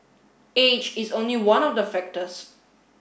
age is only one of the factors